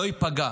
לא ייפגע